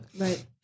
Right